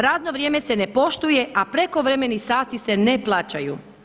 Radno vrijeme se ne poštuje a prekovremeni sati se ne plaćaju.